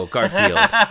Garfield